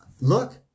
Look